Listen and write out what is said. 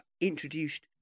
introduced